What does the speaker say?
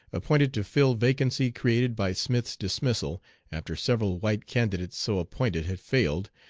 appointed to fill vacancy created by smith's dismissal, after several white candidates so appointed had failed,